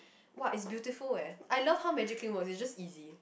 !wah! is beautiful eh I love how Magic Clean works it's just easy